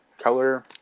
color